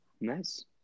Nice